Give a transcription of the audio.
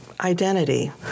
identity